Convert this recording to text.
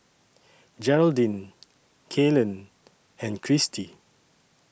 Jeraldine Kalen and Kristi